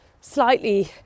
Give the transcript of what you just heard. slightly